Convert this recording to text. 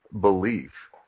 belief